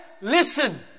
Listen